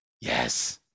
Yes